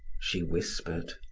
she whispered.